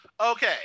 okay